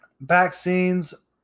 vaccines